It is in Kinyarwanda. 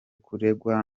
kuregwa